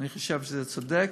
אני חושב שזה צודק,